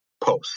post